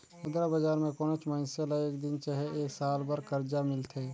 मुद्रा बजार में कोनोच मइनसे ल एक दिन चहे एक साल बर करजा मिलथे